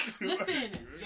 Listen